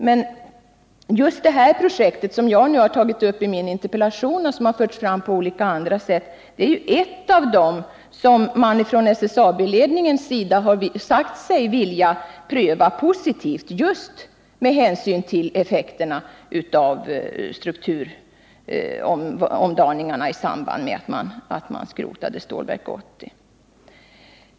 Till detta vill jag säga att det projekt jag tagit upp i min interpellation och som förts fram också på andra sätt är ju ett av de projekt som man från SSAB-ledningens sida sagt sig vilja pröva positivt just med hänsyn till effekterna av strukturomdaningarna i samband med att man skrotade Stålverk 80.